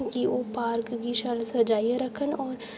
कि ओह् पार्क गी शैल सजाइयै रक्खन होर होर